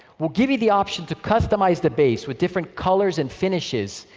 we'll give you the option to customize the base with different colors and finishes,